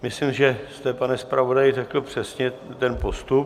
Myslím, že jste, pane zpravodaji, řekl přesně ten postup.